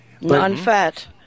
Non-fat